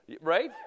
right